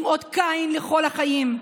עם אות קין לכל החיים.